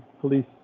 police